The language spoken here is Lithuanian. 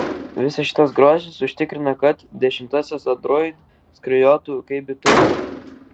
visas šitas grožis užtikrina kad dešimtasis android skrajotų kaip bitutė